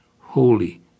Holy